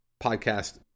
podcast